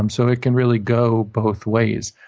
um so it can really go both ways.